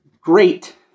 great